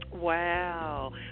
Wow